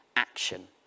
action